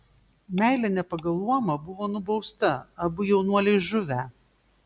meilė ne pagal luomą buvo nubausta abu jaunuoliai žuvę